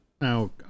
Now